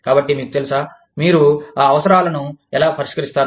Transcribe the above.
కాబట్టి మీకు తెలుసా మీరు ఆ అవసరాలను ఎలా పరిష్కరిస్తారు